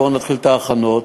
בואו נתחיל את ההכנות,